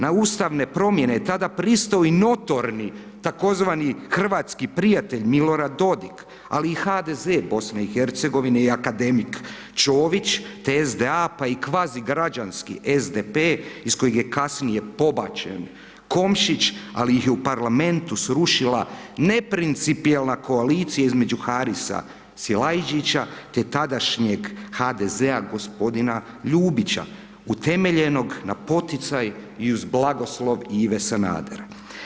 Na ustavne promjene tada pristaju i notorni tzv. hrvatski prijatelj Milorad Dodik ali i HDZ BiH i akademik Čović te SDA pa i kvazi građanski SDP iz kojeg je kasnije pobačen Komšić ali ih je u parlamentu srušila neprincipijelna koalicija između Harisa Silajđžića te tadašnjeg HDZ-a gospodina Ljubića utemeljenog na poticaj i uz blagoslov Ive Sanadera.